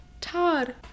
Todd